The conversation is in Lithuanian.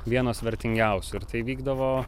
vienos vertingiausių ir tai įvykdavo